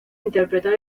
interpretar